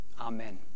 Amen